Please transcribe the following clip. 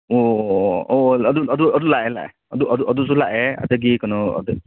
ꯑꯣ ꯑꯣ ꯑꯣ ꯑꯗꯨ ꯂꯥꯛꯑꯦ ꯂꯥꯛꯑꯦ ꯑꯗꯨꯁꯨ ꯂꯥꯛꯑꯦ ꯑꯗꯒꯤ ꯀꯩꯅꯣ ꯑꯗ